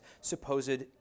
supposed